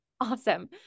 awesome